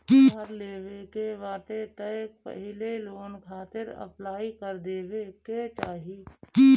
कार लेवे के बाटे तअ पहिले लोन खातिर अप्लाई कर देवे के चाही